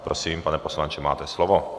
Prosím, pane poslanče, máte slovo.